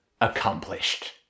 accomplished